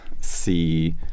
see